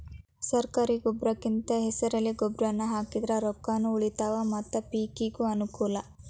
ಸರ್ಕಾರಿ ಗೊಬ್ರಕಿಂದ ಹೆಸರೆಲೆ ಗೊಬ್ರಾನಾ ಹಾಕಿದ್ರ ರೊಕ್ಕಾನು ಉಳಿತಾವ ಮತ್ತ ಪಿಕಿಗೂ ಅನ್ನಕೂಲ